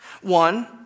One